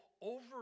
over